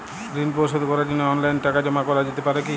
ঋন পরিশোধ করার জন্য অনলাইন টাকা জমা করা যেতে পারে কি?